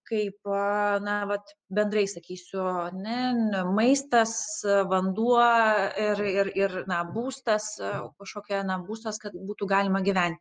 kaip na vat bendrai sakysiu ar ne ne maistas vanduo ir ir na būstas kažkokia na būstas kad būtų galima gyventi